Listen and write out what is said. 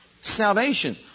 Salvation